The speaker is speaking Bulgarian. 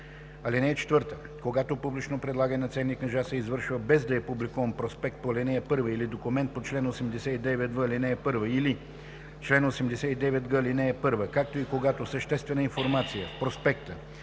(4) Когато публично предлагане на ценни книжа се извършва без да е публикуван проспект по ал. 1 или документ по чл. 89в, ал. 1 или чл. 89г, ал. 1, както и когато съществена информация в проспекта